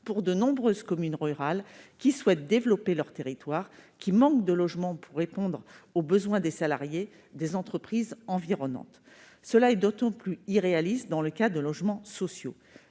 pour de nombreuses communes rurales qui souhaitent développer leur territoire et qui manquent de logements pour répondre aux besoins des salariés des entreprises environnantes. Cela est d'autant plus irréaliste dans le cas de logements sociaux.